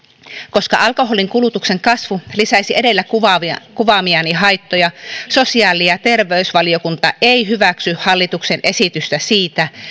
koska alkoholin kulutuksen kasvu lisäisi edellä kuvaamiani kuvaamiani haittoja sosiaali ja terveysvaliokunta ei hyväksy hallituksen esitystä siitä